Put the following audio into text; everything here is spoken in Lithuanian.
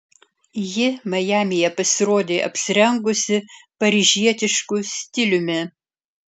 ji majamyje pasirodė apsirengusi paryžietišku stiliumi